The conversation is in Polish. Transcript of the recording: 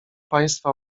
państwa